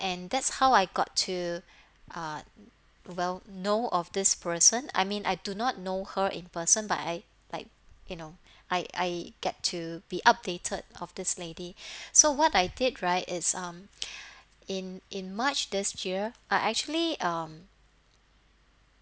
and that's how I got to uh well know of this person I mean I do not know her in person but I like you know I I get to be updated of this lady so what I did right is um in in march this year I actually um